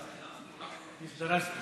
תזדרז.